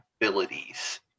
abilities